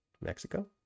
Mexico